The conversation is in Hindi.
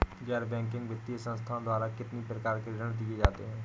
गैर बैंकिंग वित्तीय संस्थाओं द्वारा कितनी प्रकार के ऋण दिए जाते हैं?